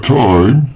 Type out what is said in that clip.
time